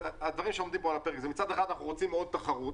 הדברים שעומדים פה על הפרק זה מצד אחד אנחנו רוצים מאוד תחרות.